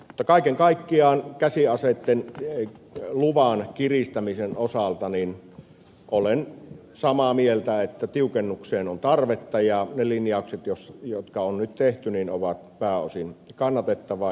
mutta kaiken kaikkiaan käsiaseitten luvan kiristämisen osalta olen samaa mieltä että tiukennukseen on tarvetta ja ne linjaukset jotka on nyt tehty ovat pääosin kannatettavia